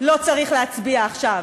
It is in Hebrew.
לא צריך להצביע עכשיו.